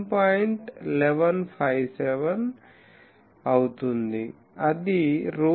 1157 అవుతుంది అది ρe 11